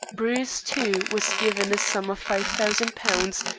bruce, too, was given a sum of five thousand pounds,